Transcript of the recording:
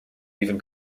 even